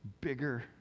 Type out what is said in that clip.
bigger